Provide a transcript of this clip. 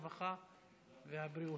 הרווחה והבריאות.